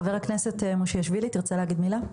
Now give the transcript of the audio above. חבר הכנסת מושיאשוילי, תרצה להגיד מילה?